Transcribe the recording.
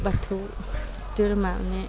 बाथौ दोहोरोमा